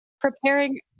preparing